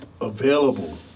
available